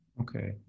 Okay